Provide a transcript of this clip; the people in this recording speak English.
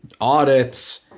audits –